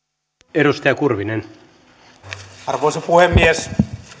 arvoisa puhemies